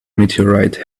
meteorite